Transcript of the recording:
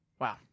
Wow